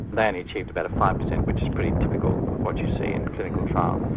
they only achieved about a five percent which is pretty typical of what you see in clinical trials.